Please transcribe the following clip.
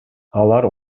алар